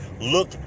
look